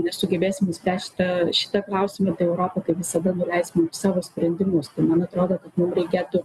nesugebėsim išspręst šitą šitą klausimą tai europa kaip visada nuleis mum savo sprendimus tai man atrodo kad mum reikėtų